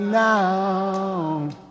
now